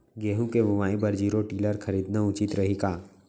गेहूँ के बुवाई बर जीरो टिलर खरीदना उचित रही का?